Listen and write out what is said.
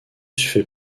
fait